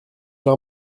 l’ai